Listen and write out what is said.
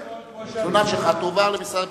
התלונה שלך תועבר למשרד הביטחון.